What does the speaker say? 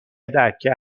دکه